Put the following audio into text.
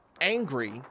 angry